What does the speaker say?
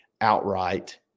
outright